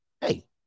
hey